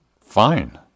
fine